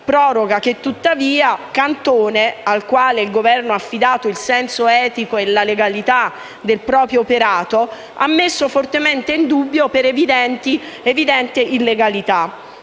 Proroga che, tuttavia, Cantone (al quale il Governo ha affidato il senso etico e la legalità del proprio operato) ha messo fortemente in dubbio per evidenti illegalità.